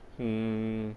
mmhmm